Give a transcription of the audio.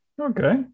okay